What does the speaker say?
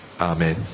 Amen